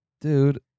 Dude